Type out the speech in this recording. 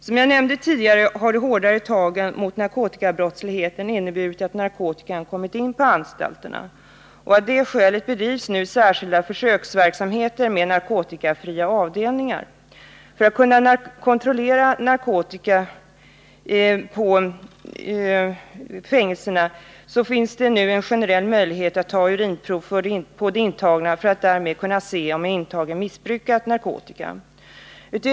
Som jag nämnde tidigare har de hårdare tagen mot narkotikabrottsligheten inneburit att narkotikan kommit in på anstalterna. Av det skälet bedrivs nu särskilda försöksverksamheter med narkotikafria avdelningar. För att man skall kunna kontrollera om narkotika förekommer på fängelserna finns det en generell möjlighet att ta urinprov på de intagna och se om de missbrukat narkotika.